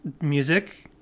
Music